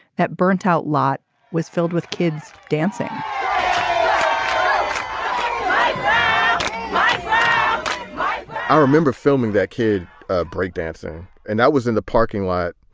that burnt out lot was filled with kids dancing i ah remember filming that kid ah breakdancing, and that was in the parking lot,